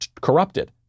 corrupted